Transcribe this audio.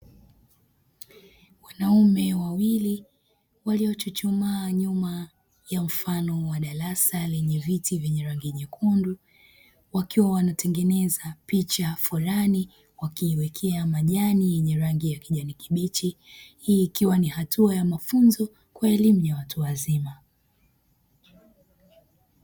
Wanaume wawili waliochuchuma nyuma ya mfano wa darasa lenye viti vyenye rangi nyekundu wakiwa wanataengeneza picha fulani wakiiwekea majani yenye rangi ya kijani kibichi. Hii ikiwa ni hatua ya mafunzo kwa elimu ya watu wazima.